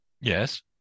Yes